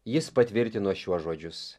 jis patvirtino šiuos žodžius